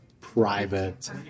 private